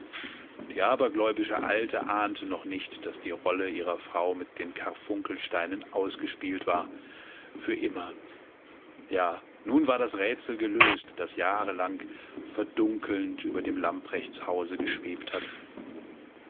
die abergläubische alte ahnte noch nicht daß die rolle ihrer frau mit den karfunkelsteinen ausgespielt war für immer ja nun war das rätsel gelöst das jahrelang verdunkelnd über dem lamprechtshause geschwebt hatte